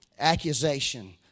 accusation